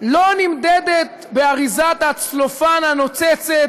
לא נמדדת באריזת הצלופן הנוצצת